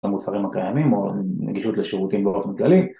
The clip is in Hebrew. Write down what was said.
למוצרים הקיימים או נגישות לשירותים באופן כללי